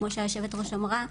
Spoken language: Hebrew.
כמו שיושבת הראש אמרה,